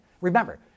Remember